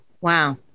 Wow